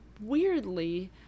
weirdly